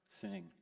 sing